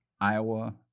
Iowa